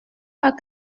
pas